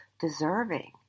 deserving